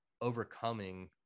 overcoming